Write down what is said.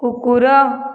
କୁକୁର